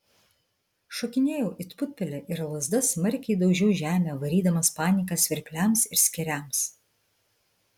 šokinėjau it putpelė ir lazda smarkiai daužiau žemę varydamas paniką svirpliams ir skėriams